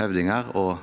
høvdinger og